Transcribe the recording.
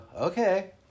okay